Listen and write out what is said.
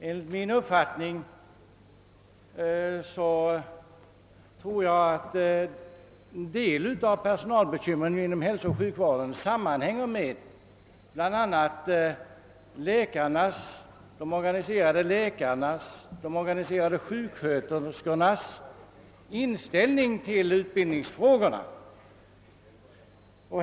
Enligt min uppfattning hänger en del av personalbekymren inom hälsooch sjukvården samman med bl.a. de organiserade läkarnas och de organiserade sjuksköterskornas inställning till utbildningsfrågorna.